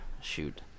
Shoot